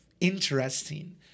interesting